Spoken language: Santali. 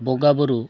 ᱵᱚᱸᱜᱟ ᱵᱳᱨᱳ